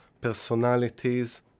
personalities